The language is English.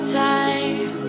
time